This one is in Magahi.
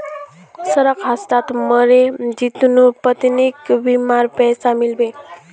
सड़क हादसात मरे जितुर पत्नीक बीमार पैसा मिल बे